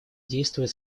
действуют